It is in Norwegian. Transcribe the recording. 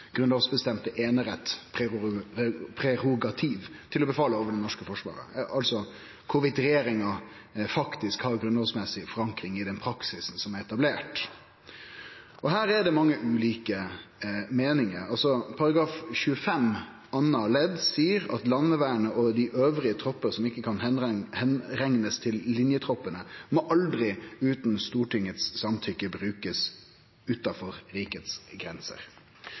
til å befale over det norske forsvaret, altså om regjeringa har grunnlovmessig forankring i den praksisen som er etablert. Her er det mange ulike meiningar. § 25 andre ledd seier: «Landvernet og andre troppar som ikkje kan reknast som linetroppar, må aldri brukast utanfor riksgrensene utan samtykke